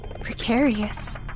precarious